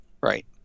right